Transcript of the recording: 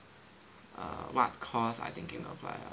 err what course I thinking to apply ah